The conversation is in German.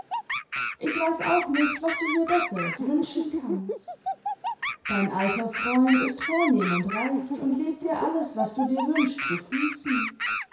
ich weiß auch nicht was du dir besseres wünschen kannst dein alter freund ist vornehm und reich und legt dir alles was du dir wünschst zu